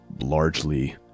largely